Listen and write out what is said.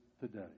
today